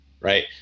Right